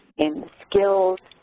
in skills,